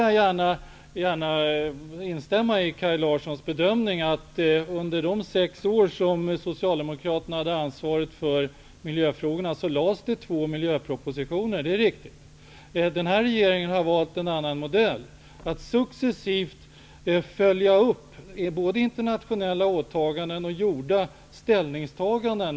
Jag håller med Kaj Larssons om att det under de sex år som Socialdemokraterna hade ansvaret för miljöfrågorna lades fram två miljöpropositioner. Det är riktigt. Men den nuvarande regeringen har valt en annan modell, nämligen att successivt följa upp både internationella åtaganden och gjorda nationella ställningstaganden.